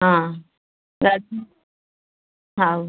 ହଁ ଗାଡ଼ିରେ ହଉ